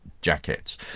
jackets